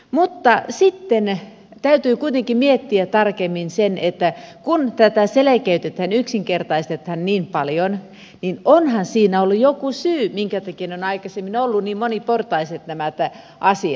mutta sitten täytyy kuitenkin miettiä tarkemmin kun tätä selkeytetään ja yksinkertaistetaan niin paljon että onhan siinä ollut joku syy minkä takia nämä asiat ovat aikaisemmin olleet niin moniportaiset